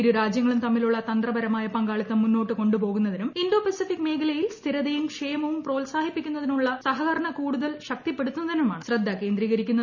ഇരുട്രാജ്യങ്ങളും തമ്മിലുള്ള തന്ത്രപരമായ പങ്കാളിത്തം കൊണ്ടുപോകുന്നതിനും ഇന്തോ പസഫിക് മേഖലയിൽ സ്ഥിരതയും ക്ഷേമവും പ്രോത്സാഹിപ്പിക്കുന്നതിനുള്ള സഹകരണം കൂടുതൽ ശക്തിപ്പെടുത്തുന്നതിനുമാണ് ശ്രദ്ധ കേന്ദ്രീകരിക്കുന്നത്